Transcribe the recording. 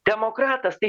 demokratas tai